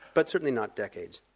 but certainly not decades.